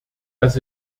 dass